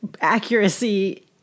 accuracy